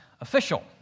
official